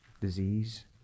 disease